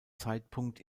zeitpunkt